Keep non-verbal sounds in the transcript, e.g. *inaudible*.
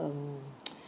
um *noise*